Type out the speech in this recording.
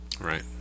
Right